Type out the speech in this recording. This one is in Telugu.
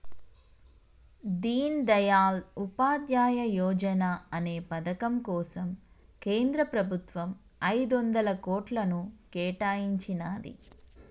దీన్ దయాళ్ ఉపాధ్యాయ యోజనా అనే పథకం కోసం కేంద్ర ప్రభుత్వం ఐదొందల కోట్లను కేటాయించినాది